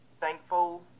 thankful